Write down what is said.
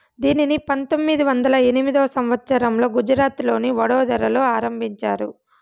దీనిని పంతొమ్మిది వందల ఎనిమిదో సంవచ్చరంలో గుజరాత్లోని వడోదరలో ఆరంభించారు